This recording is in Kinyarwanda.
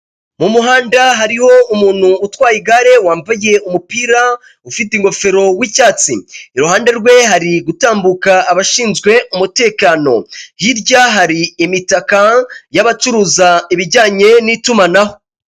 Mu muhanda hariho umuntu utwaye igare wambaye umupira ufite ingofero w'icyatsi, iruhande rwe hari gutambuka abashinzwe umutekano, hirya hari imitaka y'abacuruza ibijyanye n'itumanaho.